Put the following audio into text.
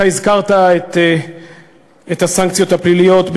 אתה הזכרת את הסנקציות הפליליות,